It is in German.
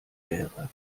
wäre